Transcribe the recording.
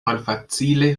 malfacile